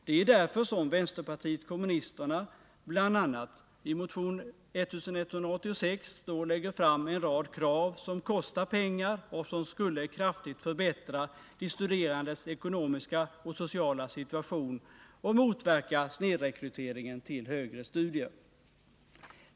Det är anledningen till att vänsterpartiet kommunisterna i motion 1186 lägger fram en rad krav som kostar pengar och som kraftigt skulle förbättra de studerandes ekonomiska och sociala situation och motverka snedrekryteringen till högre studier.